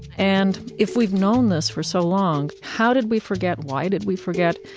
and if we've known this for so long, how did we forget, why did we forget,